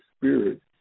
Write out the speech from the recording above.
Spirit